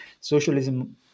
Socialism